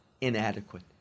inadequate